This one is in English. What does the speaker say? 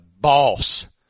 boss